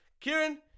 Kieran